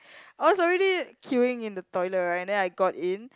I was already queuing in the toilet right and then I got in